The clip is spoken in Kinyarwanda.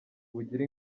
bugira